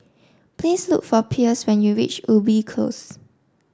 please look for Pierce when you reach Ubi Close